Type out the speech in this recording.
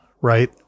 right